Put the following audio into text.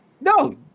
No